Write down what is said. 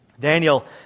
Daniel